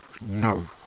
no